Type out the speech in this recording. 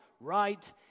right